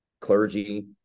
clergy